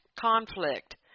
conflict